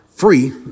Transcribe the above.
free